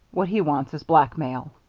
what he wants is blackmail.